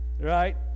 Right